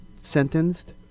sentenced